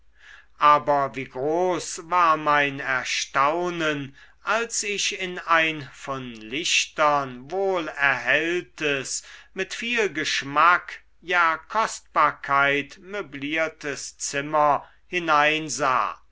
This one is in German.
aber wie groß war mein erstaunen als ich in ein von lichtern wohl erhelltes mit viel geschmack ja kostbarkeit möbliertes zimmer hineinsah